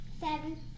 Seven